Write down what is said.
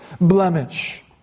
blemish